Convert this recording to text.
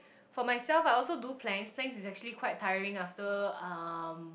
for myself I also do planks planks is actually quite tiring after um